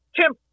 Tim